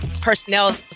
personnel